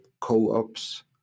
co-ops